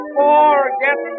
forget